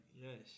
yes